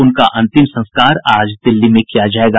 उनका अंतिम संस्कार आज दिल्ली में किया जाएगा